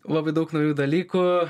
labai daug naujų dalykų